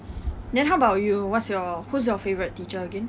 then how about you what's your who's your favourite teacher again